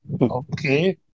Okay